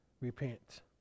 repent